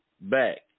back